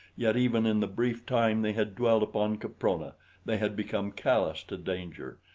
yet even in the brief time they had dwelt upon caprona they had become callous to danger,